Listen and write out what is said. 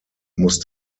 musst